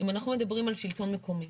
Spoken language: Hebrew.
אם אנחנו מדברים על שלטון מקומי